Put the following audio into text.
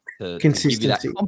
Consistency